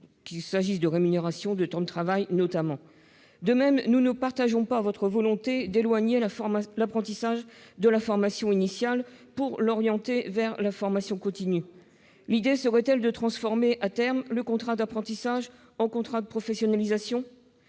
leurs droits- rémunération ou temps de travail, notamment. De même, nous ne partageons pas votre volonté d'éloigner l'apprentissage de la formation initiale pour l'orienter vers la formation continue. L'idée serait-elle de transformer, à terme, le contrat d'apprentissage en un contrat de professionnalisation ?